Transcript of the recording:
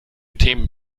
themen